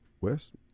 west